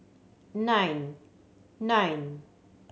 nine nine